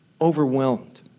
overwhelmed